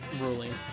ruling